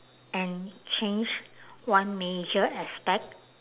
and change one major aspect